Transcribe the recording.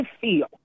feel